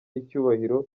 icyubahiro